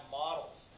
models